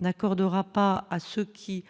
n'accordera pas à ceux qui